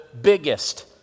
biggest